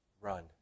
run